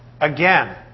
Again